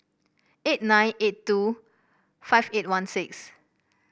eight nine eight two five eight one six